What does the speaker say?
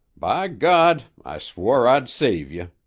by god! i swore i'd save ye.